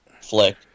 flick